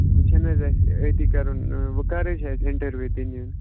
وۅنۍ چھِنہٕ حظ اَسہِ أتی کَرُن وۅنۍ کَر حظ چھُ اَسہِ اِنٹروِیو دِنہِ یُن